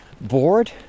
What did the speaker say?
bored